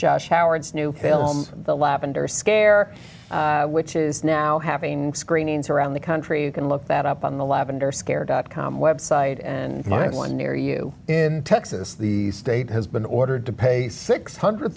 josh howard's new film the lavender scare which is now having screenings around the country you can look that up on the lavender scare dot com website and i have one near you in texas the state has been ordered to pay six hundred